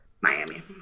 Miami